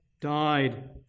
died